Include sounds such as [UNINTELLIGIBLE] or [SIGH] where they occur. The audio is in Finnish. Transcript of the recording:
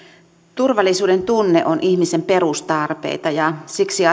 turvallisuudentunne on ihmisen perustarpeita ja siksi [UNINTELLIGIBLE]